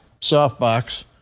softbox